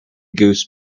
goose